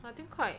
I think quite